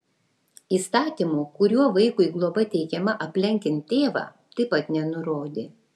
įstatymo kuriuo vaikui globa teikiama aplenkiant tėvą taip pat nenurodė